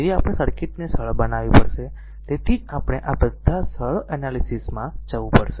તેથી આપણે સર્કિટને સરળ બનાવવી પડશે તેથી જ આપણે આ બધા સરળ એનાલીસીસમાં જવું પડશે